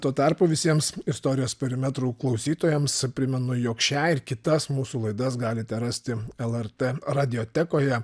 tuo tarpu visiems istorijos perimetrų klausytojams primenu jog šią ir kitas mūsų laidas galite rasti lrt radiotekoje